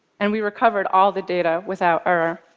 and we recovered all the data without error.